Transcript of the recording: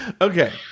Okay